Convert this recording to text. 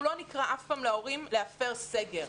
אנחנו לא נקרא אף פעם להורים להפר סגר,